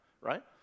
right